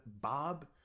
Bob –